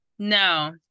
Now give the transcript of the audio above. No